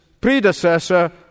predecessor